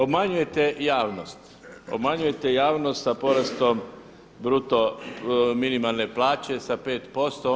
Obmanjujete javnost, obmanjujete javnost sa porastom bruto minimalne plaće sa 5 posto.